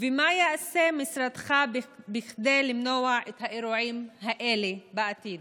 3. מה יעשה משרדך כדי למנוע את האירועים האלה בעתיד?